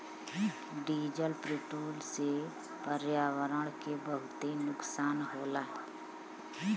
diesel petrol से पर्यावरण के बहुते नुकसान होला